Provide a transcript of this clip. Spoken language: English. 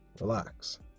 Relax